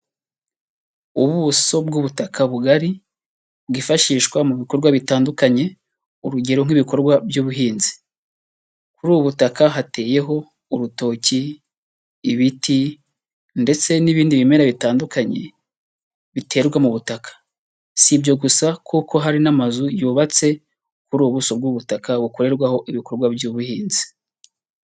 Ubuso bw'ubutaka bugari bwifashishwa mu bikorwa bitandukanye, urugero nk'ibikorwa by'ubuhinzi, kuri ubu butaka hateyeho urutoki, ibiti ndetse n'ibindi bimera bitandukanye biterwa mu butaka, si ibyo gusa kuko hari n'amazu yubatse kuri ubu buso bw'ubutaka bukorerwaho ibikorwa by'ubuhinzi.